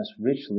richly